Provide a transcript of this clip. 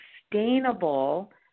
sustainable